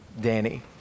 Danny